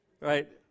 right